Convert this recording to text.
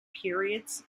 periods